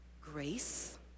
grace